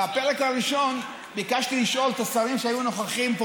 בפרק הראשון ביקשתי לשאול את השרים שהיו נוכחים פה